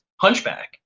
hunchback